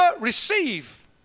receive